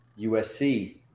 USC